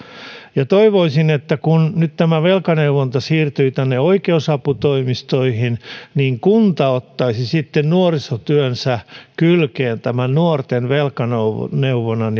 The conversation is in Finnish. toivoisin että kun nyt velkaneuvonta siirtyy oikeusaputoimistoihin niin kunta ottaisi nuorisotyönsä kylkeen tämän nuorten velkaneuvonnan